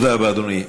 תודה רבה, אדוני.